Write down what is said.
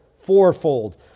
fourfold